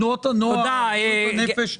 תנועות הנוער, בריאות הנפש.